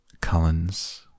Cullen's